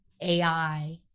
AI